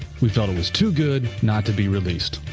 we felt it was too good not to be released.